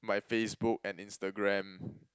my Facebook and Instagram